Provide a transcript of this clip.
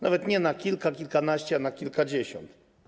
Nawet nie na kilka, kilkanaście, a na kilkadziesiąt.